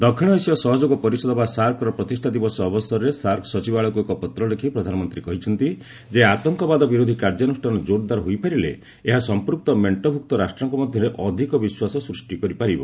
ଦକ୍ଷିଣ ଏସୀୟ ସହଯୋଗ ପରିଷଦ ବା ସାର୍କର ପ୍ରତିଷ୍ଠା ଦିବସ ଅବସରରେ ସାର୍କ ସଚିବାଳୟକୁ ଏକ ପତ୍ର ଲେଖି ପ୍ରଧାନମନ୍ତ୍ରୀ କହିଛନ୍ତି ଯେ ଆତଙ୍କବାଦ ବିରୋଧୀ କାର୍ଯ୍ୟାନୁଷ୍ଠାନ ଜୋରଦାର ହୋଇପାରିଲେ ଏହା ସଂପୃକ୍ତ ମେଷ୍ଟଭୁକ୍ତ ରାଷ୍ଟ୍ରଙ୍କ ମଧ୍ୟରେ ଅଧିକ ବିଶ୍ୱାସ ସୃଷ୍ଟି କରିପାରିବ